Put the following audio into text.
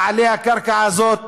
בעלי הקרקע הזאת,